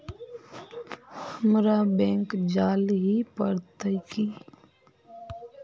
हमरा बैंक जाल ही पड़ते की?